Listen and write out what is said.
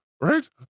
right